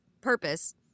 purpose